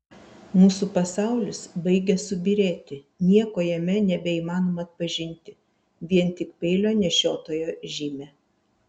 mūsų pasaulis baigia subyrėti nieko jame nebeįmanoma atpažinti vien tik peilio nešiotojo žymę